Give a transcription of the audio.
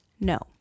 No